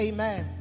Amen